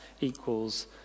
equals